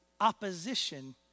opposition